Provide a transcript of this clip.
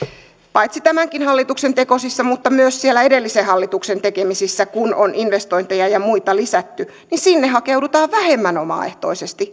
paitsi tämänkin hallituksen tekosissa mutta myös siellä edellisen hallituksen tekemisissä kun on investointeja ja muita lisätty näihin koulutuksiin hakeudutaan vähemmän omaehtoisesti